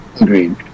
Agreed